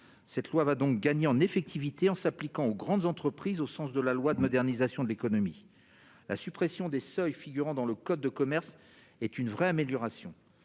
La loi va donc gagner en effectivité, puisqu'elle s'appliquera aux grandes entreprises, au sens de la loi de modernisation de l'économie du 4 août 2008. La suppression des seuils figurant dans le code de commerce constitue une vraie amélioration.